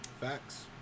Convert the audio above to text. Facts